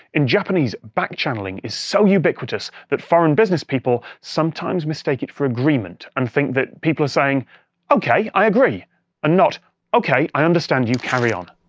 in japanese, backchanneling is so ubiquitous that foreign businesspeople sometimes mistake it for agreement, and think that people are saying okay, i agree and ah not okay, i understand you, carry on.